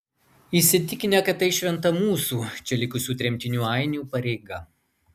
įsitikinę kad tai šventa mūsų čia likusių tremtinių ainių pareiga